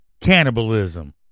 Cannibalism